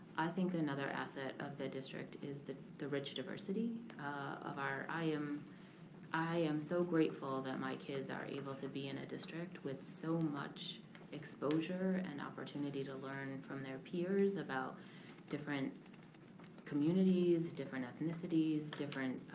think another asset of the district is the the rich diversity of our, i am i am so grateful that my kids are able to be in a district with so much exposure and opportunity to learn from their peers about different communities, different ethnicities, different,